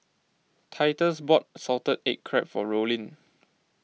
Titus bought Salted Egg Crab for Rollin